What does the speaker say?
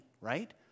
right